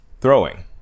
throwing